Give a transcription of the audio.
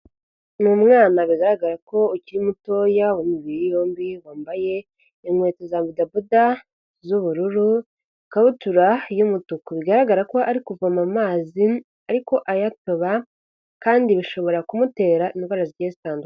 Ni umwana bigaragara ko ukiri mutoya, w'imibiri yombi, wambaye inkweto za bodaboda z'ubururu, ikabutura y'umutuku, bigaragara ko ari kuvoma amazi ariko ayatoba, kandi bishobora kumutera indwara zigiye zitandukanye.